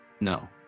No